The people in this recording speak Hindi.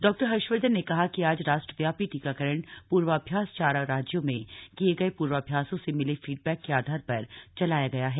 डॉक्टर हर्षवर्धन ने कहा कि आज राष्ट्रव्यापी टीकाकरण पूर्वाभ्यास चार राज्यों में किए गए पूर्वाभ्यासों से मिले फीडबैक के आधार पर चलाया गया है